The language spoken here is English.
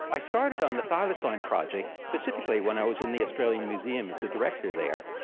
i started on the thylacine project specifically when i was in the australian museum as the director there.